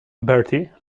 bertie